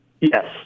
Yes